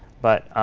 but